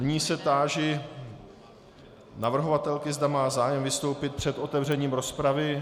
Nyní se táži navrhovatelky, zda má zájem vystoupit před otevřením rozpravy.